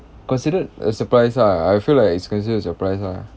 considered a surprise ah I feel like it's considered a surprise lah